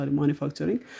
manufacturing